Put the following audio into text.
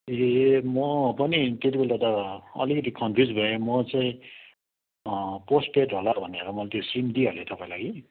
ए म पनि त्यति बेला त अलिकति कन्फ्युज भएँ म चाहिँ पोस्टपेड होला भनेर मैले त्यो सिम दिइहालेँ तपाईँलाई कि